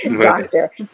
doctor